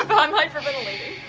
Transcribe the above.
but i'm hyperventilating.